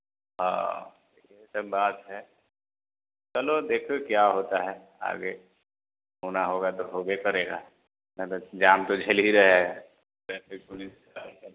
यही सब बात है चलो देखो क्या होता है आगे होना होगा तो होवे करेगा नहीं तो जाम तो झेल ही रहे हैं ट्रैफिक पुलिस का सब